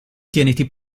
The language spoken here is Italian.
tieniti